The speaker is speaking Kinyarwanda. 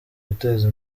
guteza